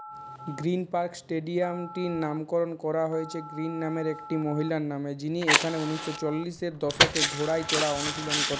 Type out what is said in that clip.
green Park স্টেডিয়ামটির নামকরণ করা হয়েছে গ্রীন নামের এক মহিলার নামে যিনি এখানে ঊনিশো চল্লিশের দশকে ঘোড়ায় চড়া অনুশীলন করতেন